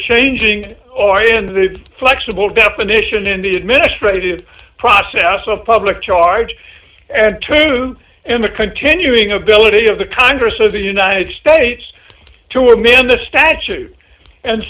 changing oriented flexible definition in the administrative process of public charge and true and the continuing ability of the congress of the united states to war man the statute and